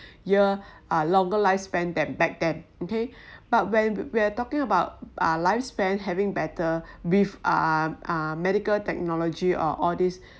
year uh longer lifespan than back then okay but when we're talking about uh lifespan having better with uh uh medical technology or all these